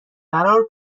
فرار